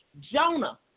Jonah